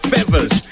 Feathers